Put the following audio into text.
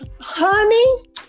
honey